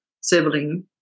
sibling